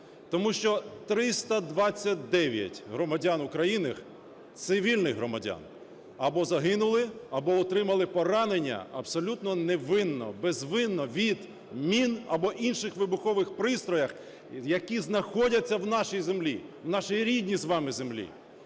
Тому що 329 громадян України, цивільних громадян, або загинули, або отримали поранення абсолютно невинно, безвинно від мін або інших вибухових пристроїв, які знаходяться в нашій землі, в нашій рідній з вами землі.